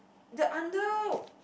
the under